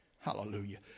Hallelujah